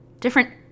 different